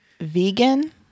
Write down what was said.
vegan